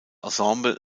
ensemble